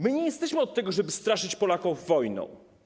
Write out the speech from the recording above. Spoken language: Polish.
My nie jesteśmy od tego, żeby straszyć Polaków wojną.